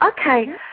Okay